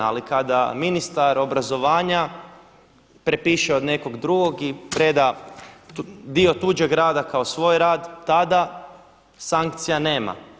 Ali kada ministar obrazovanja prepiše od nekog drugog i preda dio tuđeg rada kao svoj rad tada sankcija nema.